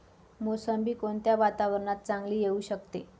मोसंबी कोणत्या वातावरणात चांगली येऊ शकते?